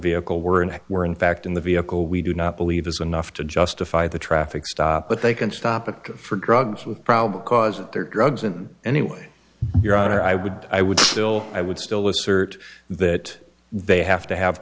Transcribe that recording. vehicle were and were in fact in the vehicle we do not believe is enough to justify the traffic stop but they can stop it for drugs with probable cause that their drugs in any way your honor i would i would still i would still assert that they have to have